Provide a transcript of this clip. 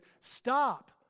stop